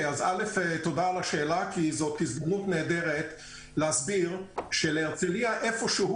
תודה על השאלה כי זאת הזדמנות נהדרת להסביר שלהרצליה איפה שהוא